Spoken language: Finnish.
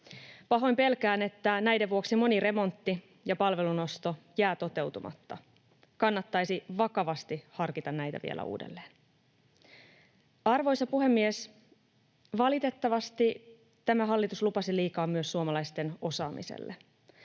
Pahoin pelkään, että näiden vuoksi moni remontti ja palvelun osto jää toteutumatta. Kannattaisi vakavasti harkita näitä vielä uudelleen. Arvoisa puhemies! Valitettavasti tämä hallitus lupasi liikaa myös suomalaisten osaamiselle.